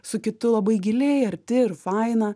su kitu labai giliai arti ir faina